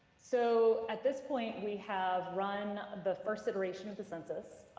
so at this point we have run the first iteration of the census.